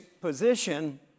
position